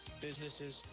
businesses